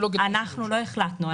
אנחנו לא החלטנו.